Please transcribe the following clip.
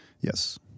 Yes